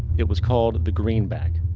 it was called the greenback.